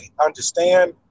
understand